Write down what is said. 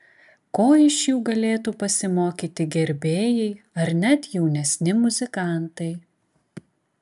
ko iš jų galėtų pasimokyti gerbėjai ar net jaunesni muzikantai